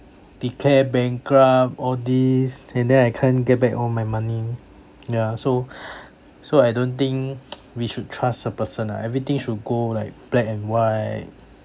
declare bankrupt all these and then I can't get back all my money yeah so so I don't think we should trust a person ah everything should go like black and white